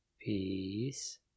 Peace